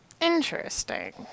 Interesting